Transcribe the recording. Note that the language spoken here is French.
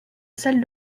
salle